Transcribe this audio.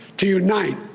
to unite.